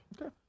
Okay